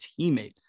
teammate